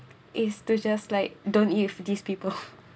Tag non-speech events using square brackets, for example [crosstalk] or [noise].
is to just like don't eat with these people [laughs]